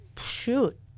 shoot